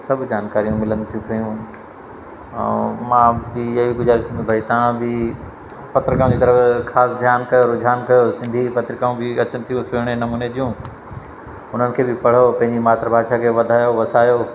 सभु जानकारियूं मिलनि थियूं पियूं ऐं मां बि इहा ई गुज़ारिश में भाई तव्हां बि पत्रकार जी तरफ़ि ख़ासि ध्यानु कयो रुझान कयो सिंधी पत्रिकाऊं बि अचनि थियूं सुहिणे नमूने जूं उन्हनि खे बि पढ़ो पंहिंजी मातृ भाषा खे वधायो वसायो